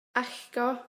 allgo